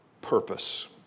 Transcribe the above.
purpose